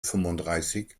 fünfunddreißig